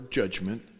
judgment